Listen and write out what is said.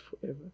forever